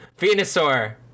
Venusaur